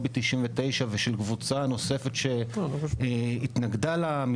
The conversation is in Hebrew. לובי 99 ושל קבוצה נוספת שהתנגדה למתווה ולגז